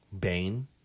Bane